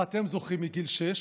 מה אתם זוכרים מגיל שש,